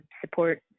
support